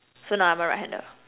so now I'm a right hander